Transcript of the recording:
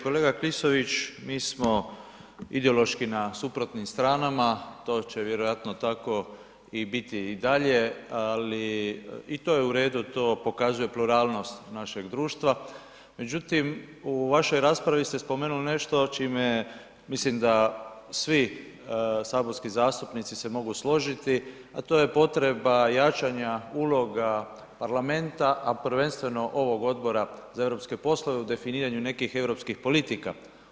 Kolega Klisović, mi smo ideološki na suprotnim stranama, to će vjerojatno tako biti i dalje, ali i to je u redu, to pokazuje pluralnost našeg društva, međutim u vašoj raspravi ste spomenuli nešto čime mislim da svi saborski zastupnici se mogu složiti, a to je potreba jačanja uloga parlamenta, a prvenstveno ovog Odbora za europske poslove u definiranju nekih europskih politika.